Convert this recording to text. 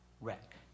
wreck